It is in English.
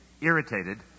irritated